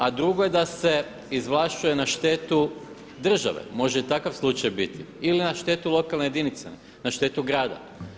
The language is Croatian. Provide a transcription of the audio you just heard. A drugo je da se izvlašćuje na štetu države, može i takav slučaj biti ili na štetu lokalne jedinice, na štetu grada.